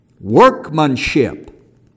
workmanship